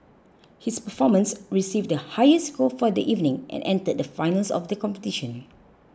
his performance received the highest score for the evening and entered the finals of the competition